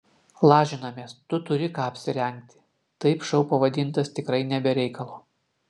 lažinamės tu turi ką apsirengti taip šou pavadintas tikrai ne be reikalo